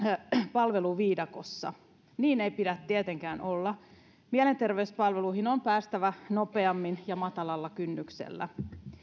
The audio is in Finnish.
palveluviidakossa niin ei pidä tietenkään olla mielenterveyspalveluihin on päästävä nopeammin ja matalalla kynnyksellä